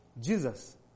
Jesus